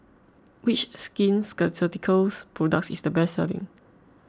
which Skin Ceuticals products is the best selling